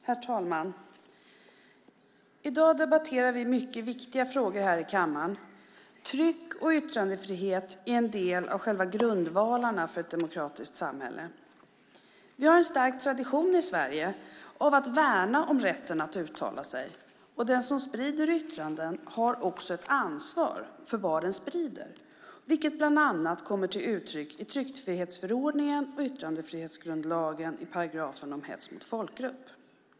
Herr talman! I dag debatterar vi mycket viktiga frågor här i kammaren. Tryck och yttrandefrihet är en del av själva grundvalarna för ett demokratiskt samhälle. Vi har en stark tradition i Sverige av att värna om rätten att uttala sig, och den som sprider yttranden har ett ansvar för vad man sprider, vilket bland annat kommer till uttryck i tryckfrihetsförordningen och yttrandefrihetsgrundlagen i paragrafen om hets mot folkgrupp.